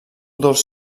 dolç